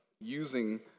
using